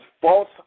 false